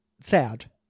sad